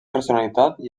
personalitat